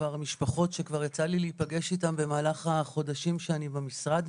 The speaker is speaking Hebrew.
משפחות שכבר יצא לי להיפגש איתם במהלך החודשים שאני במשרד.